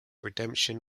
redemption